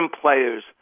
players